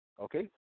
okay